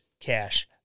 cash